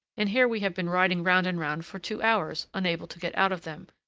and here we have been riding round and round for two hours, unable to get out of them.